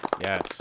Yes